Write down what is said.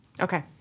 Okay